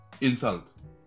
insults